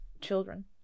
children